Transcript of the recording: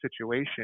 situation